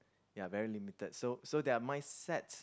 ya very limited so so their mindset